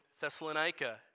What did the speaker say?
Thessalonica